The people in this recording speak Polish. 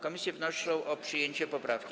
Komisje wnoszą o przyjęcie poprawki.